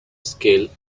scale